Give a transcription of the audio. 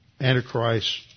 Antichrist